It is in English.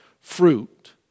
fruit